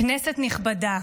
כנסת נכבדה,